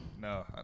No